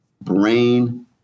brain